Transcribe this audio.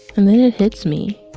and then it hits me.